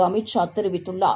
அமித் ஷா தெரிவித்துள்ளார்